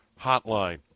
Hotline